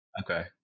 Okay